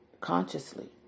Consciously